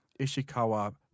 Ishikawa